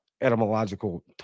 etymological